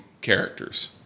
characters